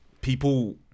people